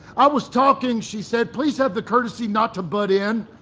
i was talking. she said. please have the courtesy not to butt in.